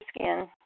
skin